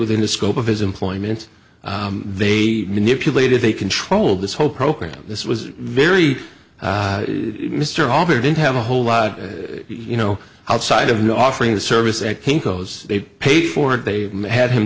within the scope of his employment they manipulated they controlled this whole program this was very mr hubbard in i have a whole lot you know outside of you offering the service at kinko's they paid for it they had him